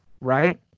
Right